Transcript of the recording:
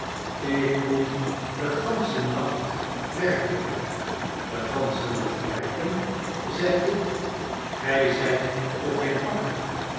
ik moet den ganscnen nacht werken den ganschen nacht werken zeiik gy zyttochgeen bakker